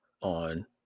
on